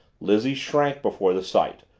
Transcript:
lizzie shrank before the sight,